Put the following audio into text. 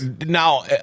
Now